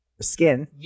skin